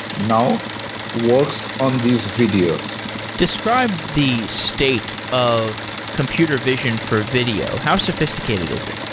now works on these videos describe the state of computer vision for video. how sophisticated is it?